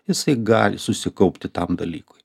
jisai gali susikaupti tam dalykui